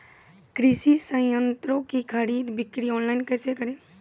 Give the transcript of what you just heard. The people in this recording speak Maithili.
कृषि संयंत्रों की खरीद बिक्री ऑनलाइन कैसे करे?